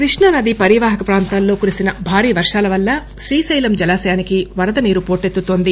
కృష్ణా నదీ పరివాహక ప్రాంతాల్లో కురిసిన భారీ వర్షాల వల్ల శ్రీశైలం జలాశయానికి వరదనీరు పోటెత్తుతోంది